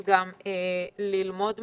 גם ללמוד מזה.